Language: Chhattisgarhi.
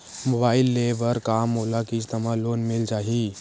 मोबाइल ले बर का मोला किस्त मा लोन मिल जाही?